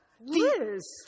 Liz